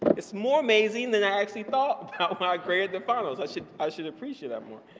it's more amazing than i actually thought about when ah i created the fellows, i should i should appreciate that more.